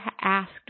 asked